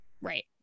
Right